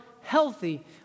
healthy